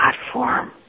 platform